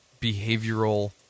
behavioral